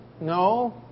No